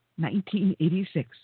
1986